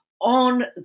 on